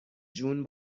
جون